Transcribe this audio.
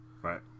Right